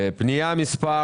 פניות מס'